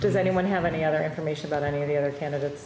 does anyone have any other information about any of the other candidates